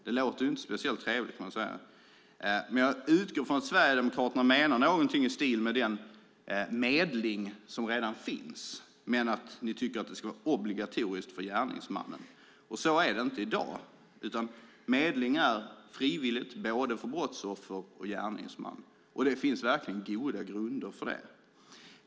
Det låter inte speciellt trevligt, men jag utgår från att Sverigedemokraterna menar någonting i stil med den medling som redan finns men att de tycker att den ska vara obligatorisk för gärningsmannen. Så är det inte i dag, utan medling är frivilligt för både brottsoffer och gärningsman, och det finns verkligen goda grunder för det.